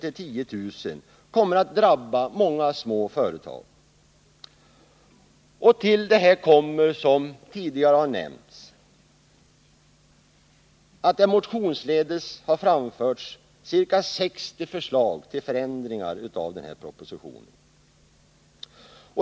till 10 000 kr. kommer att drabba många små företag. Till detta kommer — som tidigare nämnts — att det motionsledes har framförts närmare 60 förslag till förändringar i propositionen.